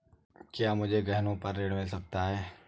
क्या मुझे गहनों पर ऋण मिल सकता है?